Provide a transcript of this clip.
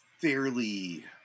fairly